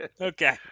Okay